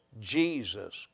Jesus